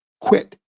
quit